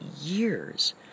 years